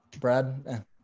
Brad